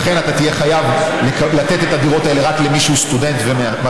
לכן אתה תהיה חייב לתת את הדירות האלה רק למי שהוא סטודנט ומראה